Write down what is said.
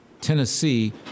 Tennessee